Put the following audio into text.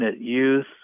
youth